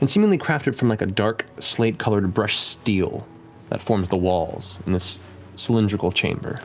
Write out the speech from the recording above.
and seemingly crafted from like a dark, slate-colored brushed steel that forms the walls in this cylindrical chamber